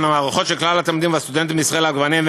המערכות של כלל התלמידים והסטודנטים בישראל על גוניהם,